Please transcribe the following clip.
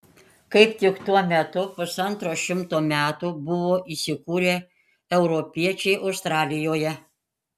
kaip tik tuo metu pusantro šimto metų buvo įsikūrę europiečiai australijoje